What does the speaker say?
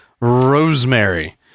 Rosemary